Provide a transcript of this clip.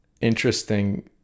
interesting